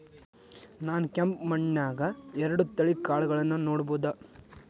ನಾನ್ ಕೆಂಪ್ ಮಣ್ಣನ್ಯಾಗ್ ಎರಡ್ ತಳಿ ಕಾಳ್ಗಳನ್ನು ನೆಡಬೋದ?